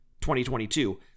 2022